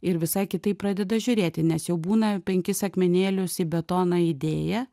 ir visai kitaip pradeda žiūrėti nes jau būna penkis akmenėlius į betoną įdėję